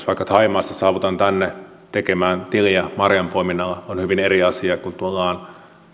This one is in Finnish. vaikka thaimaasta saavutaan tänne tekemään tiliä marjanpoiminnalla se on hyvin eri asia kuin se kun tullaan